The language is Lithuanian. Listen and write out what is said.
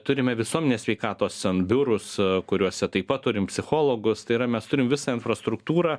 turime visuomenės sveikatos ten biurus kuriuose taip pat turim psichologus tai yra mes turim visą infrastruktūrą